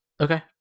okay